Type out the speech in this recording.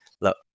look